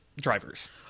drivers